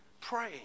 praying